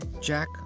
Jack